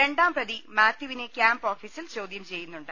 രണ്ടാം പ്രതി മാത്യുവിനെ ക്യാംപ് ഓഫിസിൽ ചോദ്യം ചെയ്യുന്നുണ്ട്